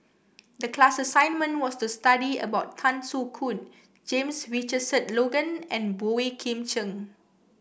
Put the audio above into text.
the class assignment was to study about Tan Soo Khoon James Richardson Logan and Boey Kim Cheng